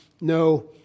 no